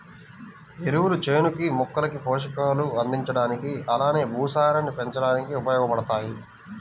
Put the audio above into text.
ఎరువులు చేనుకి, మొక్కలకి పోషకాలు అందించడానికి అలానే భూసారాన్ని పెంచడానికి ఉపయోగబడతాయి